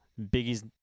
biggie's